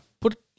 put